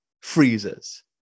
freezes